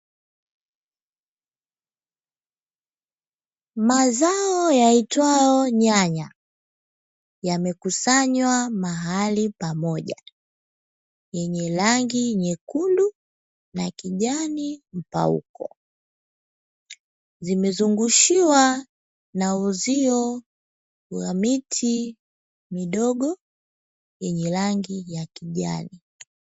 Mazao yaitwayo nyanya yamekusanywa mahali pamoja, yenye rangi nyekundu na kijani mpauko, zimezungushiwa na uzio wa miti midogo yenye rangi ya kijani.